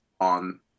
on